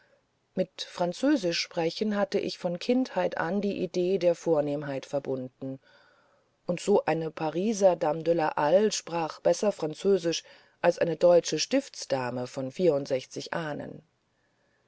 mit französischsprechen hatte ich von kindheit an die idee der vornehmheit verbunden und so eine pariser dame de la halle sprach besser französisch als eine deutsche stiftsdame von vierundsechzig ahnen